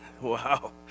wow